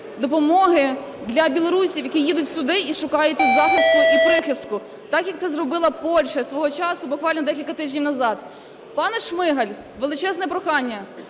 допомоги для білорусів, які їдуть сюди і шукають тут захисту і прихистку, так як це зробила Польща свого часу, буквально декілька тижнів назад. Пане Шмигаль, величезне прохання,